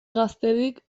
gaztedik